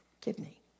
kidney